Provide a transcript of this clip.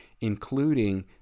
including